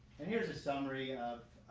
and here's a summary of